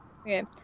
okay